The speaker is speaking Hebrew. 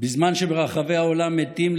בזמן שברחבי העולם מתים,